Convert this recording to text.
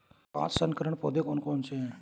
पाँच संकर पौधे कौन से हैं?